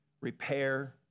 repair